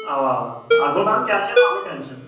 اَوا اَوا اَتھ گوٚو کَرُن کیلشَم مۄکلیو ٹینشَن